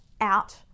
out